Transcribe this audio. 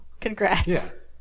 Congrats